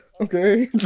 okay